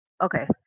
Okay